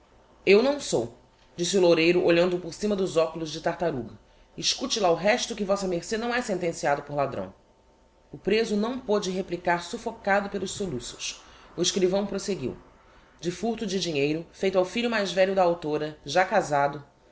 eu não sou disse o loureiro olhando-o por cima dos oculos de tartaruga escute lá o resto que vm ce não é sentenciado por ladrão o preso não pôde replicar suffocado pelos soluços o escrivão proseguiu de furto de dinheiro feito ao filho mais velho da a já casado